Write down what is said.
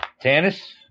Tannis